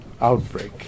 outbreak